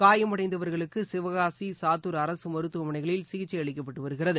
காயமடைந்தவா்களுக்குசிவகாசி சாத்தூா் அரசுமருத்துவமனைகளில் சிகிச்சைஅளிக்கப்பட்டுவருகிறது